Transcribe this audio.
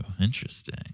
Interesting